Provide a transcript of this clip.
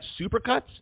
Supercuts